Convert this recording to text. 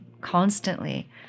constantly